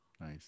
Nice